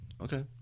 Okay